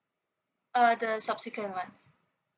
uh the subsequent one